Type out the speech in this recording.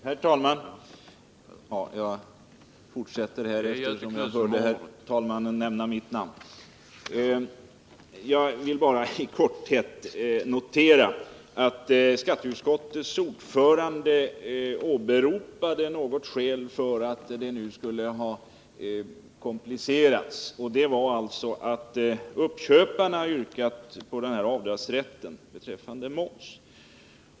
Herr talman! Jag vill bara i korthet notera att skatteutskottets ordförande åberopade ett enda skäl för att frågan nu skulle ha komplicerats, nämligen att uppköparna yrkat på denna avdragsrätt beträffande moms.